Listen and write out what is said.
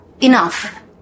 enough